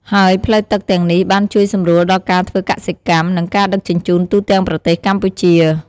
ហើយផ្លូវទឹកទាំងនេះ បានជួយសម្រួលដល់ការធ្វើកសិកម្ម និងការដឹកជញ្ជូនទូទាំងប្រទេសកម្ពុជា។